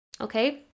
okay